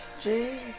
Jesus